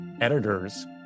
editors